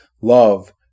love